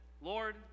Lord